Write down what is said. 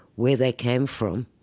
where they came from,